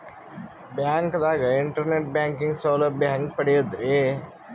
ಬ್ಯಾಂಕ್ದಾಗ internet banking ಸೌಲಭ್ಯ ಹೆಂಗ್ ಪಡಿಯದ್ರಿ?